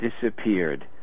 disappeared